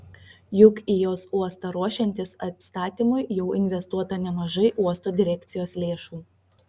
juk į jos uostą ruošiantis atstatymui jau investuota nemažai uosto direkcijos lėšų